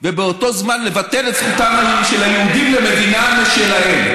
ובאותו זמן לבטל את זכותם של היהודים למדינה משלהם?